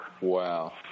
Wow